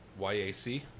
YAC